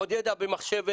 עוד ידע במחשבת,